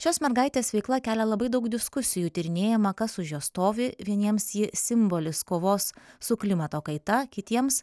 šios mergaitės veikla kelia labai daug diskusijų tyrinėjama kas už jos stovi vieniems ji simbolis kovos su klimato kaita kitiems